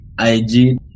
IG